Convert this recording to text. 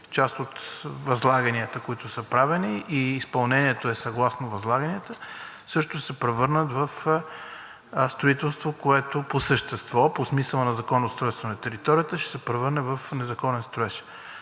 част от възлаганията, които са правени, и изпълнението е съгласно възлаганията, също ще се превърнат в строителство, което по същество, по смисъла на Закона за устройство на територията ще се превърне в незаконен строеж.